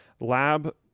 Lab